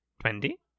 twenty